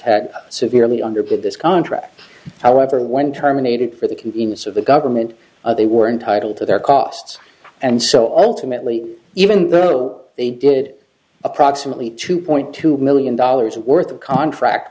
had severely underpinned this contract however when terminated for the convenience of the government they were entitled to their costs and so alternately even though they did approximately two point two million dollars worth of contract